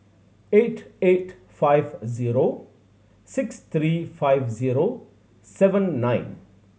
eight eight five zero six three five zero seven nine